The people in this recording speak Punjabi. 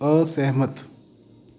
ਅਸਹਿਮਤ